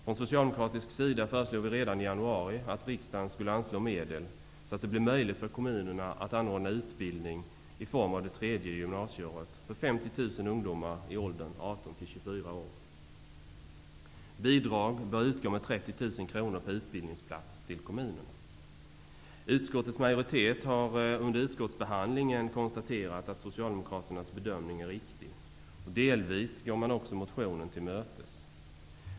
Från socialdemokratisk sida föreslog vi redan i januari att riksdagen skulle anslå medel för att det skulle bli möjligt för kommunerna att anordna utbildning i form av det tredje gymnasieåret för Utskottets majoritet har under utskottsbehandlingen konstaterat att socialdemokraternas bedömning är riktig. Delvis går man också motionen till mötes.